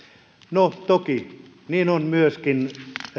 no toki vaikeuksia on myöskin